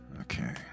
Okay